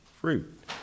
fruit